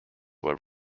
were